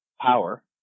power